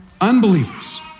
unbelievers